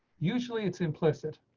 usually it's implicit